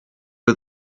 but